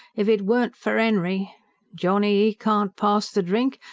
if it weren't for enry johnny, e can't pass the drink,